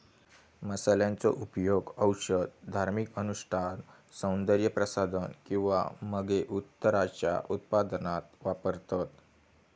मसाल्यांचो उपयोग औषध, धार्मिक अनुष्ठान, सौन्दर्य प्रसाधन किंवा मगे उत्तराच्या उत्पादनात वापरतत